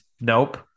Nope